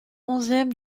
onzième